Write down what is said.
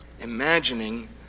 Imagining